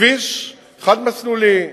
כביש חד-מסלולי,